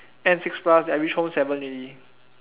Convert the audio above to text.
end six plus then I reach home seven already